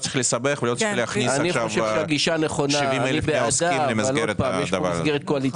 לא צריך לסבך ולא צריך להכניס עכשיו 70,000 מהעוסקים למסגרת הדבר הזה.